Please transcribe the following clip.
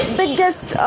biggest